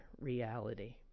reality